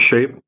shape